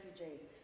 refugees